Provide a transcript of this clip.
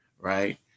right